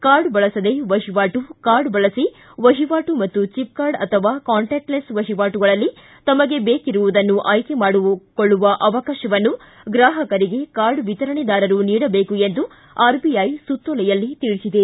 card ಬಳಸದೆ ವಹಿವಾಟು card ಬಳಸಿ ವಹಿವಾಟು ಮತ್ತು ಚಿಪ್ ಕಾರ್ಡ್ ಅಥವಾ ಕಾಂಟ್ಯಾಕ್ಟೆಲೆಸ್ ವಹಿವಾಟುಗಳಲ್ಲಿ ತಮಗೆ ಬೇಕಿರುವುದನ್ನು ಆಯ್ಕೆ ಮಾಡಿಕೊಳ್ಳುವ ಅವಕಾಶವನ್ನು ಗ್ರಾಹಕರಿಗೆ ಕಾರ್ಡ್ ವಿತರಣೆದಾರರು ನೀಡಬೇಕು ಎಂದು ಆರ್ಬಿಐ ಸುತ್ತೋಲೆಯಲ್ಲಿ ತಿಳಿಸಿದೆ